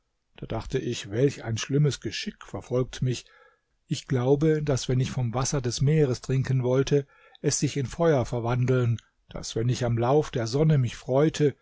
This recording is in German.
da dachte ich welch ein schlimmes geschick verfolgt mich ich glaube daß wenn ich vom wasser des meeres trinken wollte es sich in feuer verwandeln daß wenn ich am lauf der sonne mich freute